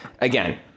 again